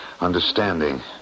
understanding